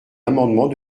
amendement